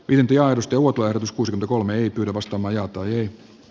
pyyntialustuotu ehdotus kuusi kolme i bravosta majatuli